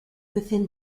within